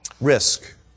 risk